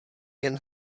jen